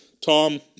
Tom